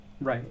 Right